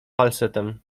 falsetem